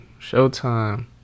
Showtime